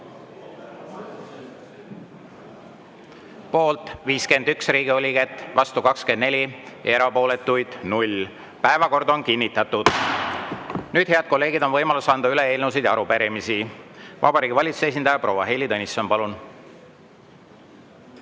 Poolt 51 Riigikogu liiget, vastu 24, erapooletuid 1. Päevakord on kinnitatud. Nüüd, head kolleegid, on võimalus anda üle eelnõusid ja arupärimisi. Vabariigi Valitsuse esindaja proua Heili Tõnisson, palun!